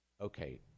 Okay